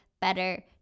better